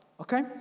Okay